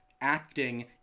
acting